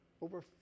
over